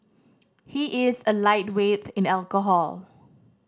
he is a lightweight in alcohol